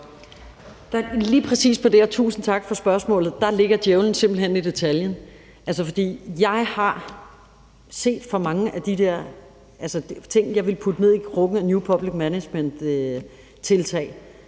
Lige præcis der – og tusind tak for spørgsmålet – ligger djævlen simpelt hen i detaljen. For jeg har set for mange af de der ting, jeg vil putte ned i krukken af new public management-tiltag,